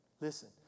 Listen